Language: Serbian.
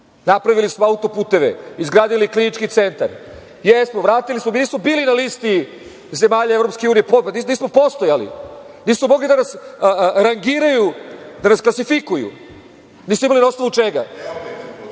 napravili smo auto-puteve, napravili smo Klinički centar, jesmo vratili, smo, mi nismo bili na listi zemalja EU, nismo postojali, nisu mogli da nas rangiraju, da nas klasifikuju, nisu imali na osnovu čega,